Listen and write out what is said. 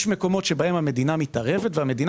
יש מקומות שבהם המדינה מתערבת והמדינה